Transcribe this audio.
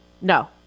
No